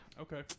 Okay